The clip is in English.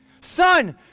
Son